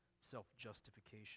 self-justification